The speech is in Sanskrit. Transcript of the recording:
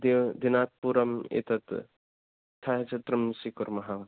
दिव् दिनात् पूर्वम् एतत् छायचित्रं स्वीकुर्मः